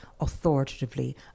authoritatively